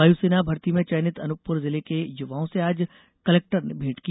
वायुसेना भर्ती में चयनित अनूपपुर जिले के युवाओं से आज कलेक्टर ने भेंट की